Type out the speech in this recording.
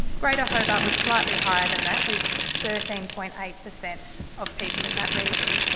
greater hobart was slightly higher than that, with thirteen point eight per cent of people in that region.